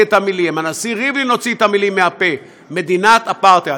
הנשיא ריבלין הוציא את המילים מהפה: מדינת אפרטהייד.